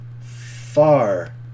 far